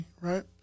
right